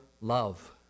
love